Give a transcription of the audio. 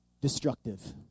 destructive